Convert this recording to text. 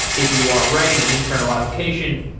if you are writing an internal application,